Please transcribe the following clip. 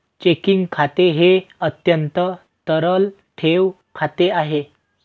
checking खाते हे अत्यंत तरल ठेव खाते आहे